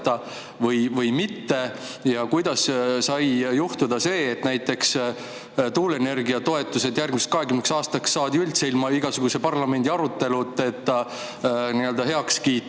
ei toetata? Ja kuidas sai juhtuda see, et näiteks tuuleenergiatoetused järgmiseks 20 aastaks saadi üldse ilma igasuguste parlamendi aruteludeta heaks kiita,